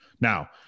Now